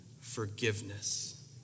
forgiveness